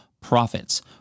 Profits